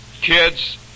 kids